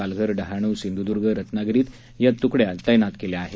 पालघर डहाणू सिंधूद्र्ग रत्नागिरीत या तुकड़या तैनात करण्यात आल्या आहेत